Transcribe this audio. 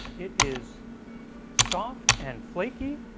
it is soft and flaky,